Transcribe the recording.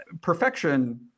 Perfection